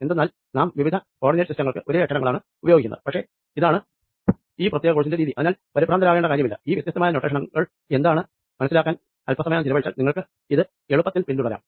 എന്തെന്നാൽ നാം വിവിധ കോ ഓർഡിനേറ്റ് സിസ്റ്റങ്ങൾക്ക് ഒരേ അക്ഷരങ്ങളാണ് ഉപയോഗിക്കുന്നത് പക്ഷെ ഇതാണ് ഈ പ്രത്യേക കോഴ്സിന്റെ രീതി അതിനാൽ പരിഭ്രാന്തരാകേണ്ട കാര്യമില്ല ഈ വ്യത്യസ്തമായ നോട്ടേഷനുകൾ എന്തെന്ന് മനസ്സിലാക്കാൻ അൽപ്പ സമയം ചിലവഴിച്ചാൽ നിങ്ങൾക്കത് എളുപ്പത്തിൽ പിന്തുടരാം